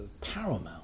paramount